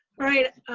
right,